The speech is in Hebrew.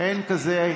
אין כזה.